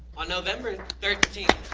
on november thirteenth,